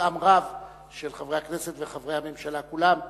עם רב של חברי הכנסת וחברי הממשלה כולם,